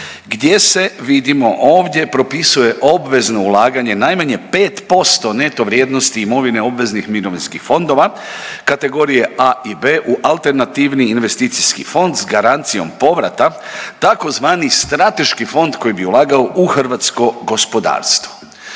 gdje se vidimo ovdje propisuje obvezno ulaganje najmanje 5% neto vrijednosti imovine obveznih mirovinskih fondova kategorije A i B u alternativni investicijski fond s garancijom povrata tzv. strateški fond koji bi ulagao u hrvatsko gospodarstvo.